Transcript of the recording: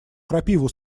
крапиву